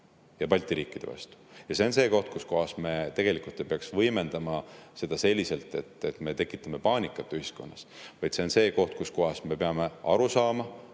Balti riikide vastu. See on see koht, kus me tegelikult ei peaks võimendama seda selliselt, et me tekitame paanikat ühiskonnas, vaid see on see koht, kus me peame aru saama,